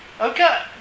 Okay